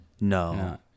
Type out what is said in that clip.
No